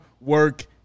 work